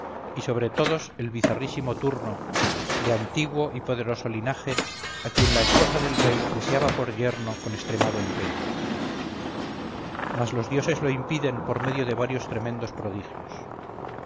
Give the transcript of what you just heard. y sobre todos el bizarrísimo turno de antiguo y poderoso linaje a quien la esposa del rey deseaba por yerno con extremado empeño mas los dioses lo impiden por medio de varios tremendos prodigios